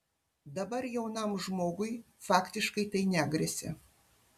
dabar jaunam žmogui faktiškai tai negresia